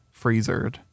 freezered